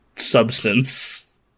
substance